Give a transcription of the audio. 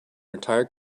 entire